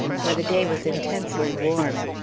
for the day was intensely warm.